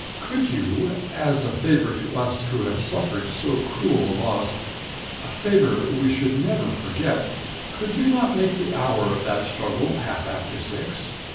could you, as a favor to us who have suffered so cruel a loss a favor we should never forget could you not make the hour of that struggle half after six?